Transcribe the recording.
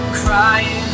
crying